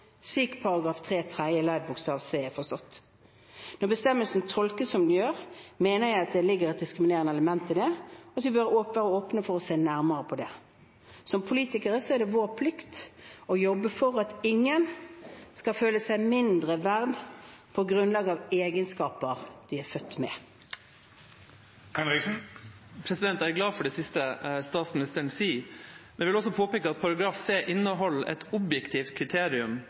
slik § 2 tredje ledd bokstav c er forstått. Når bestemmelsen tolkes som den gjør, mener jeg at det i dette ligger et diskriminerende element, og det bør vi være åpne for å se nærmere på. Som politikere er det vår plikt å jobbe for at ingen skal føle seg mindre verdt på grunn av egenskaper de er født med. Jeg er glad for det siste statsministeren sier, men jeg vil også påpeke at § 2c inneholder et objektivt kriterium